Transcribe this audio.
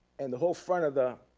and the whole front of the